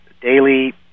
daily